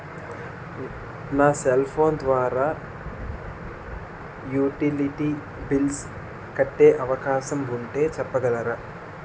నా cell phone utility యుటిలిటీ బిల్ల్స్ కట్టే అవకాశం ఉంటే చెప్పగలరా?